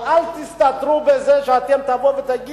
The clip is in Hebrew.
או אל תסתתרו בזה שאתם תבואו ותגידו: